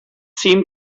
seem